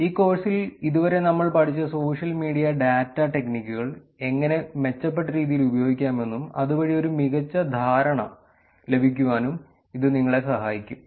ഈ കോഴ്സിൽ ഇതുവരെ നമ്മൾ പഠിച്ച സോഷ്യൽ മീഡിയ ഡാറ്റാ ടെക്നിക്കുകൾ എങ്ങനെ മെച്ചപ്പെട്ട രീതിയിൽ ഉപയോഗിക്കാമെന്നും അതുവഴി ഒരു മികച്ച ധാരണ ലഭിക്കുവാനും ഇത് നിങ്ങളെ സഹായിക്കും